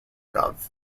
gov